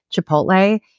Chipotle